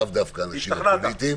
לאו דווקא האנשים הפוליטיים.